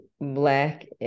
black